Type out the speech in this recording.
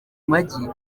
magi